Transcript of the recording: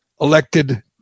elected